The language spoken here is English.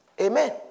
Amen